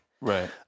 right